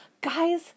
Guys